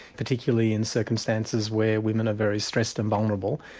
particularly in circumstances where women are very stressed and vulnerable.